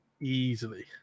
Easily